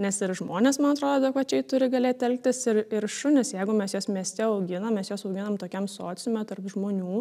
nes ir žmonės man atrodo adekvačiai turi galėt elgtis ir ir šunys jeigu mes juos mieste auginam mes juos auginam tokiam sociume tarp žmonių